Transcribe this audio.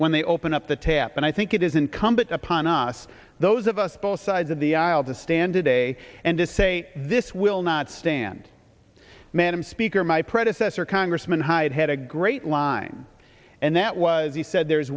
when they open up the tap and i think it is incumbent upon us those of us both sides of the aisle the stand today and to say this will not stand madam speaker my predecessor congressman hyde had a great line and that was he said there